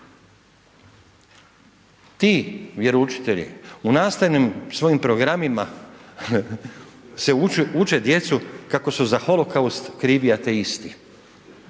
Ti vjeroučitelji u nastavnim svojim programima se uče djecu kako su za Holokaust krivi ateisti